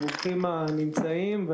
ברוכים הנמצאים.